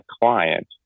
client